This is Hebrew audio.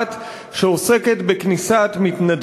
אדוני חבר הכנסת דב חנין,